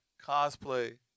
Cosplay